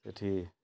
ସେଠି